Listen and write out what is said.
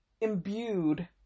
imbued